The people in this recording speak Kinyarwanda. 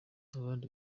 abandi